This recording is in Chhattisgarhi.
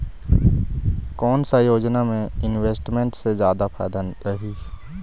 कोन सा योजना मे इन्वेस्टमेंट से जादा फायदा रही?